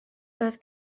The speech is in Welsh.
doedd